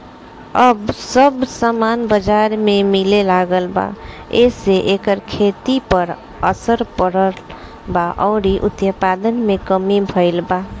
अब सब सामान बजार में मिले लागल बा एसे एकर खेती पर असर पड़ल बा अउरी उत्पादन में कमी भईल बा